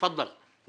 ראש מועצת אל קסום,